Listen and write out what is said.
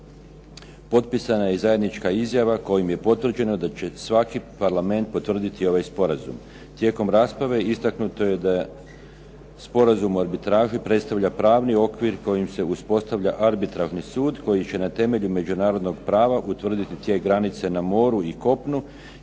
potpisana je i zajednička izjava kojim je potvrđeno da će svaki parlament potvrditi ovaj sporazum. Tijekom rasprave istaknuto je da Sporazum o arbitraži predstavlja pravni okvir kojim se uspostavlja Arbitražni sud koji će na temelju međunarodnog prava utvrditi tijek granice na moru i kopnu,